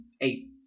Eight